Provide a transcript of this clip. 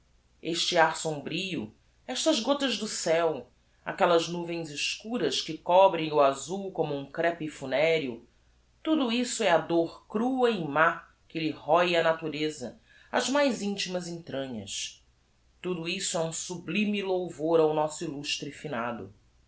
este ar sombrio estas gotas do ceu aquellas nuvens escuras que cobrem o azul como um crepe funereo tudo isso é a dor crua e má que lhe róe á natureza as mais intimas entranhas tudo isso é um sublime louvor ao nosso illustre finado